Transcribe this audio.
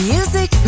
Music